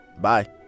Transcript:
Bye